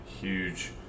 Huge